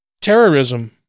terrorism